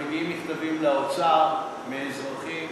כי מגיעים לאוצר מכתבים מאזרחים